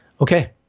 Okay